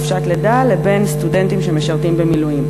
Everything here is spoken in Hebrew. בחופשת לידה לסטודנטים שמשרתים במילואים.